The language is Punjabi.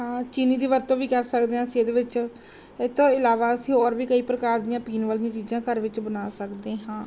ਹਾਂ ਚੀਨੀ ਦੀ ਵਰਤੋਂ ਵੀ ਕਰ ਸਕਦੇ ਹਾਂ ਅਸੀਂ ਇਹਦੇ ਵਿੱਚ ਇਹ ਤੋਂ ਇਲਾਵਾ ਅਸੀਂ ਔਰ ਵੀ ਕਈ ਪ੍ਰਕਾਰ ਦੀਆਂ ਪੀਣ ਵਾਲੀਆਂ ਚੀਜ਼ਾਂ ਘਰ ਵਿੱਚ ਬਣਾ ਸਕਦੇ ਹਾਂ